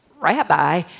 rabbi